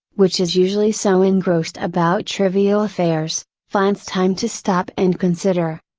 which is usually so engrossed about trivial affairs, finds time to stop and consider.